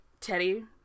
Teddy